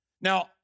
Now